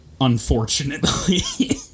unfortunately